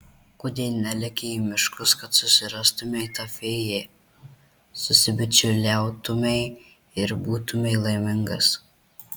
kodėl neleki į miškus kad susirastumei tą fėją susibičiuliautumei ir būtumei laimingas